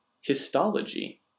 histology